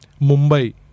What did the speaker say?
Mumbai